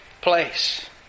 place